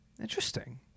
Interesting